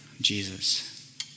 Jesus